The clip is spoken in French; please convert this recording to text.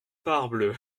parbleu